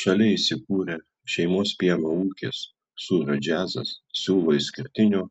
šalia įsikūrę šeimos pieno ūkis sūrio džiazas siūlo išskirtinio